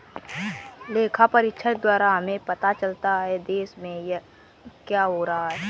लेखा परीक्षक द्वारा हमें पता चलता हैं, देश में क्या हो रहा हैं?